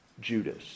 Judas